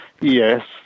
Yes